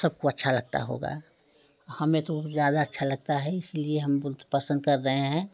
सबको अच्छा लगता होगा हमें तो ज़्यादा अच्छा लगता है इसीलिए हम बहुत पसंद कर रहे हैं